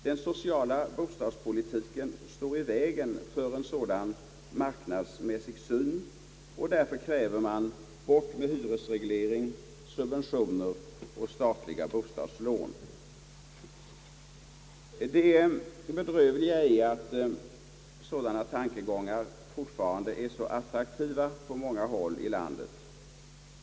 Den sociala bostadspolitiken står i vägen för en sådan marknadsmässig syn, och man kräver därför: >Bort med hyresreglering, subventioner och statliga bostadslån!» Det bedrövliga är att sådana tankegångar fortfarande är så attraktiva på många håll i landet.